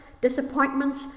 disappointments